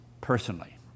personally